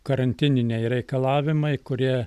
karantininiai reikalavimai kurie